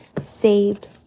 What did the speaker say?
saved